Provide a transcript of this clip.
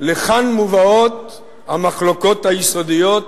לכאן מובאות המחלוקות היסודיות,